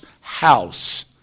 house